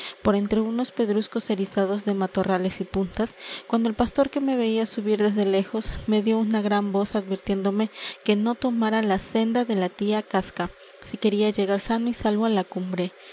por entre unos pedruscos erizados de matorrales y puntas cuando el pastor que me veía subir desde lejos me dió una gran voz advirtiéndome que no tomara la senda de la tía casca si quería llegar sano y salvo á la cumbre